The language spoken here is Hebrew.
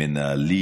מנהלים,